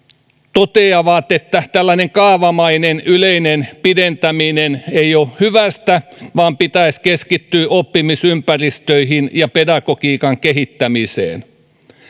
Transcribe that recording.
toteavat että tällainen kaavamainen yleinen pidentäminen ei ole hyvästä vaan pitäisi keskittyä oppimisympäristöihin ja pedagogiikan kehittämiseen